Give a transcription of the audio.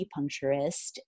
acupuncturist